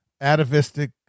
atavistic